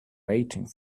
waiting